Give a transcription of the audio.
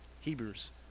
Hebrews